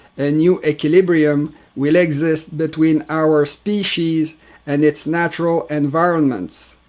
and new equilibrium will exist between our species and its natural environments.